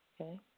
Okay